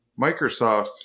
Microsoft